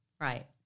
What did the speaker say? Right